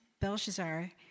Belshazzar